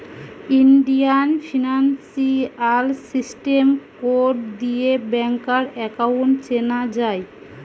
Indian financial system code দিয়ে ব্যাংকার account চেনা যায়